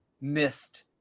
missed